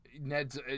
Ned's